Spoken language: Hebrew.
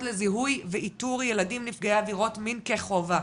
לזיהוי ואיתור ילדים נפגעי עבירות מין כחובה.